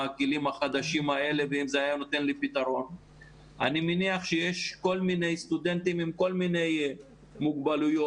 ובראשונה, זה צריך לכלול סטודנטים עם מוגבלות .